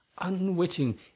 unwitting